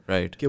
Right